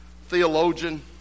theologian